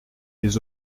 les